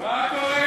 מה קורה עם,